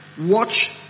watch